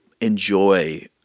enjoy